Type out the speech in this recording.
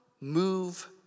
move